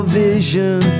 vision